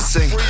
Sing